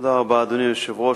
אדוני היושב-ראש,